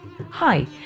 Hi